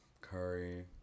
curry